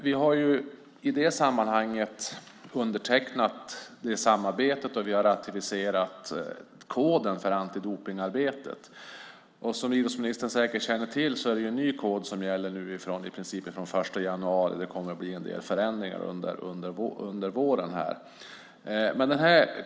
Vi har i det sammanhanget undertecknat det samarbetet, och vi har ratificerat koden för antidopningsarbetet. Som idrottsministern säkert känner till är det en ny kod som gäller nu, i princip från den 1 januari. Det kommer att bli en del förändringar under våren.